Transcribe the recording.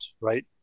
right